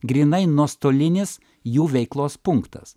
grynai nuostolinis jų veiklos punktas